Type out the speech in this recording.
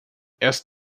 erst